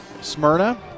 Smyrna